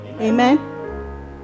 Amen